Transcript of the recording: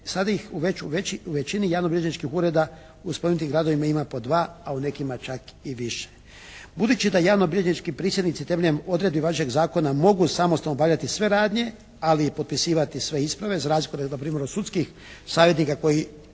sada ih u većini javnobilježničkih ureda u spomenutim gradovima ima po dva, a u nekima čak i više. Budući da javnobilježnički prisjednici temeljem odredbi važećeg zakona mogu samostalno obavljati radnje, ali i potpisivati sve isprave, za razliku od npr. sudskih savjetnika koji